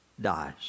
dies